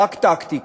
רק טקטיקה,